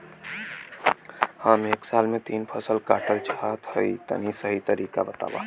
हम एक साल में तीन फसल काटल चाहत हइं तनि सही तरीका बतावा?